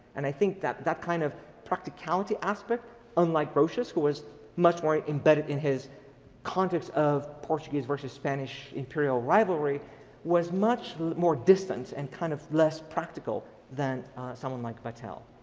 and i think that that kind of practicality aspect unlike grotius who was much more embedded in his context of portuguese versus spanish imperial rivalry was much more distance and kind of less practical than someone like vattel.